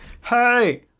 hey